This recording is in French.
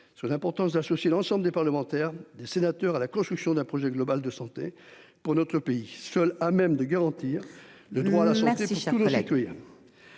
l'importance d'associer l'ensemble des parlementaires des sénateurs à la construction d'un projet global de santé pour notre pays, seul à même de garantir le droit à la société, surtout de